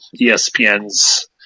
ESPN's